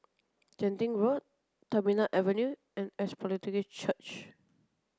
Genting Road Terminal Avenue and Apostolic Church